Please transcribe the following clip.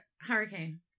hurricane